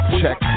check